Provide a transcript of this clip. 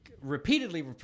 repeatedly